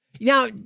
now